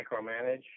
micromanage